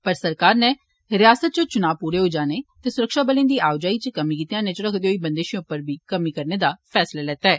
पर सरकार नै रियासत च चुनां पूरे होई जाने ते सुरक्षाबलें दी आओजाई च कमी गी ध्यान च रखदे होई बंदशें उप्पर होर बी कमी करने दा निर्णय लैता ऐ